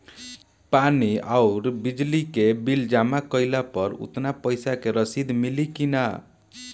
पानी आउरबिजली के बिल जमा कईला पर उतना पईसा के रसिद मिली की न?